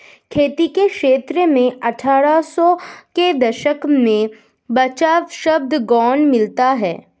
खेती के क्षेत्र में अट्ठारह सौ के दशक में बचाव शब्द गौण मिलता है